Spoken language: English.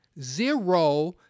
Zero